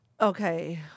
Okay